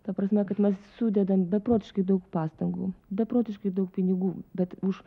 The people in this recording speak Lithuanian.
ta prasme kad mes sudedam beprotiškai daug pastangų beprotiškai daug pinigų bet už